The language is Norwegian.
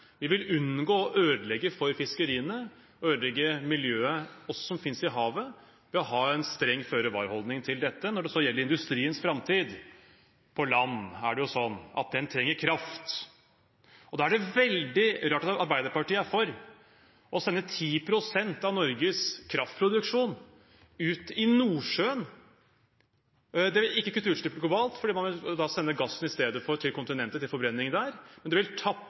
Vi vil unngå å ødelegge for fiskeriene og ødelegge miljøet som finnes i havet, ved å ha en streng føre-var-holdning til dette. Når det gjelder industriens framtid på land, er det jo sånn at industrien trenger kraft, og da er det veldig rart at Arbeiderpartiet er for å sende 10 pst. av Norges kraftproduksjon ut i Nordsjøen. Det vil ikke kutte utslippet globalt – for man vil da sende gassen til kontinentet istedenfor, til forbrenning der – men det vil tappe